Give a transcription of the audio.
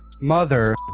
Mother